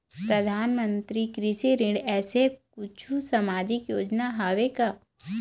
परधानमंतरी कृषि ऋण ऐसे कुछू सामाजिक योजना हावे का?